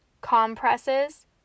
compresses